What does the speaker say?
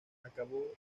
acabó